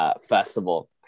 Festival